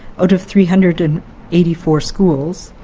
out of three hundred and eighty four schools,